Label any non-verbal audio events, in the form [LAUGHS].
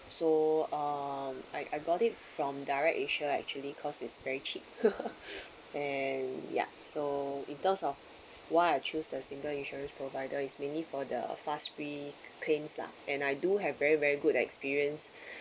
so um I I got it from direct asia actually cause it's very cheap [LAUGHS] and yup so in terms of why I choose the single insurance provider is mainly for the fast free claims lah and I do have very very good experience [BREATH]